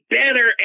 better